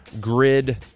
grid